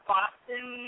Boston